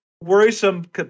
worrisome